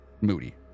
Moody